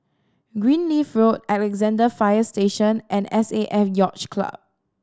Greenleaf Road Alexandra Fire Station and S A F Yacht Club